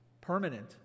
permanent